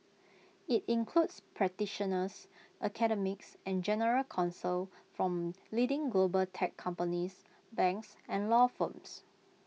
IT includes practitioners academics and general counsel from leading global tech companies banks and law firms